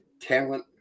talent